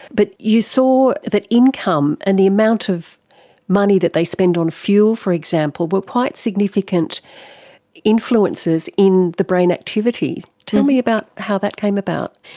but you saw that income and the amount of money that they spent on fuel, for example, were quite significant influences in the brain activity. tell me about how that came about?